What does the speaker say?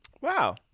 Wow